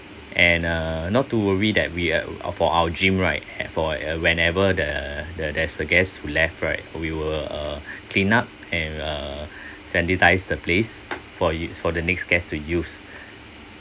and uh not too worry that we uh for our gym right ha~ for uh whenever the the there's a guest who left right we will uh clean up and uh sanitise the place for you for the next guests to use